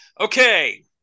Okay